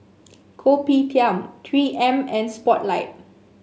Kopitiam Three M and Spotlight